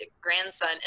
grandson